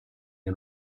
and